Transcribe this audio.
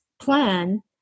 plan